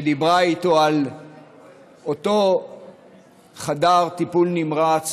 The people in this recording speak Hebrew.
שדיברה איתו על אותו חדר טיפול נמרץ